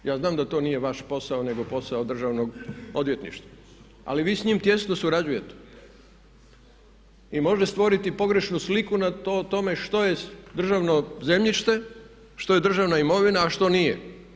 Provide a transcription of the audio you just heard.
Ja znam da to nije vaš posao nego posao državnog odvjetništva ali vi s njim tijesno surađujete i može stvoriti pogrešnu sliku o tome što je državno zemljište, što je državna imovina a što nije.